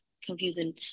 confusing